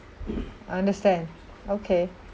understand okay